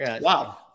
Wow